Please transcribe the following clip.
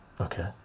okay